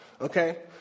Okay